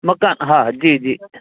मका हा जी जी